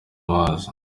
amazi